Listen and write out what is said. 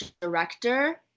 director